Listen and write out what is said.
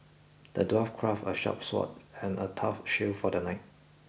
the dwarf crafted a sharp sword and a tough shield for the knight